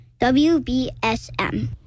WBSM